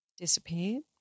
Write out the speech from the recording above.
disappeared